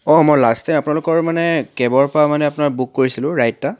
অঁ মই last time আপোনালোকৰ মানে কেবৰ পা মানে আপোনাৰ বুক কৰিছিলোঁ ৰাইড এটা